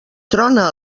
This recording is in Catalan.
trona